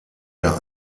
der